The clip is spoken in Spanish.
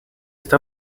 está